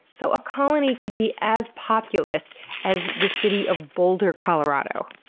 so a colony could be as populous as the city of boulder, colorado.